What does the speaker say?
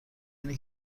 اینه